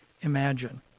imagine